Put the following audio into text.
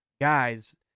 guys